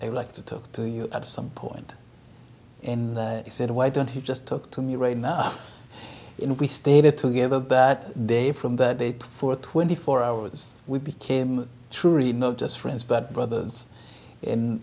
they like to talk to you at some point and he said why don't he just talk to me right now in we stayed together but dave from that day for twenty four hours we became truly not just friends but brothers in